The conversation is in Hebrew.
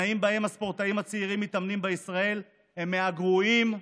התנאים שבהם הספורטאים הצעירים מתאמנים בישראל הם מהגרועים בעולם.